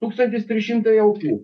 tūkstantis trys šimtai aukų